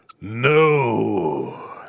No